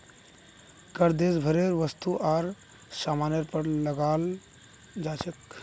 कर देश भरेर वस्तु आर सामानेर पर लगाल जा छेक